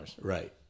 Right